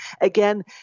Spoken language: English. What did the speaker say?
Again